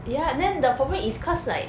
ya and then the problem is cause like